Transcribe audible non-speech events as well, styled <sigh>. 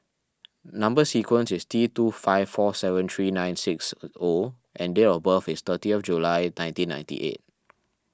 Number Sequence is T two five four seven three nine six <unintelligible> O and date of birth is thirty of July nineteen ninety eight